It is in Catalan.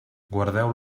guardeu